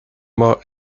more